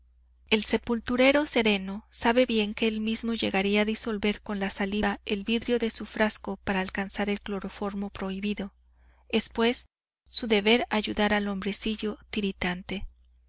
el sepulturero sereno sabe bien que él mismo llegaría a disolver con la saliva el vidrio de su frasco para alcanzar el cloroformo prohibido es pues su deber ayudar al hombrecillo tiritante